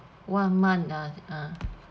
one month ah ah